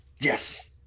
Yes